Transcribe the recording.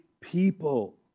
people